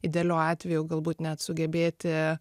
idealiu atveju galbūt net sugebėti